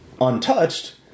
untouched